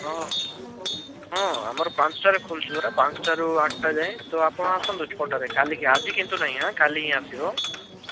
ହଁ ହଁ ଆମର ପାଞ୍ଚଟାରେ ଖୋଲୁଛି ପରା ପାଞ୍ଚଟାରୁ ଆଠଟା ଯାଏଁ ତ ଆପଣ ଆସନ୍ତୁ ଛଅଟାରେ କାଲିକି ଆଜି କିନ୍ତୁ ନାହିଁ କାଲି ହିଁ ଆସିବ